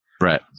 Right